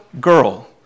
girl